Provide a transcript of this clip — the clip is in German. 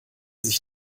sich